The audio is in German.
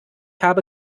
habe